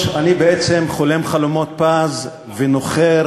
מה לעשות, אני מקבל